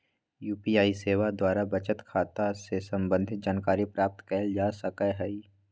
UPI सेवा द्वारा बचत खता से संबंधित जानकारी प्राप्त कएल जा सकहइ